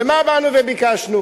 ומה באנו וביקשנו?